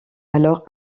alors